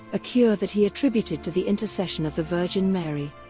a cure that he attributed to the intercession of the virgin mary.